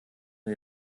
wir